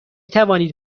توانید